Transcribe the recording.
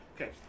Okay